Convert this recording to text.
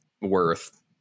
worth